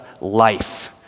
life